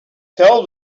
tell